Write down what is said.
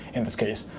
in this case,